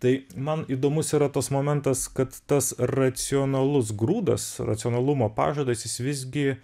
tai man įdomus yra tas momentas kad tas racionalus grūdas racionalumo pažadas jis visgi